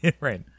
Right